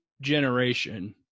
generation